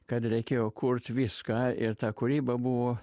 kad reikėjo kurt viską ir ta kūryba buvo